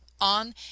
on